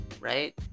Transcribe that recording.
right